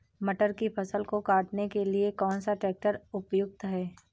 मटर की फसल को काटने के लिए कौन सा ट्रैक्टर उपयुक्त है?